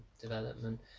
development